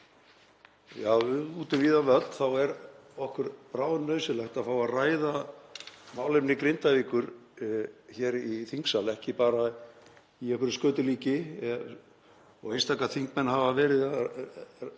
út um víðan völl er okkur bráðnauðsynlegt að fá að ræða málefni Grindavíkur hér í þingsal, ekki bara í einhverju skötulíki, og einstaka þingmenn hafa verið að